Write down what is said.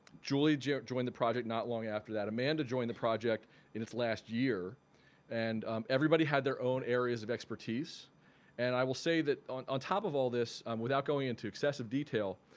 julia joined the project not long after that. amanda joined the project in its last year and everybody had their own areas of expertise and i will say that on on top of all this, without going into excessive detail,